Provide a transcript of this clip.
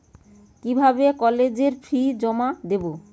কিভাবে কলেজের ফি জমা দেবো?